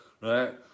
right